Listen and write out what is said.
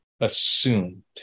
assumed